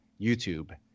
YouTube